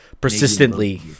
persistently